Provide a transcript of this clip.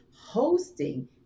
hosting